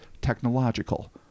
technological